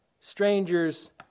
strangers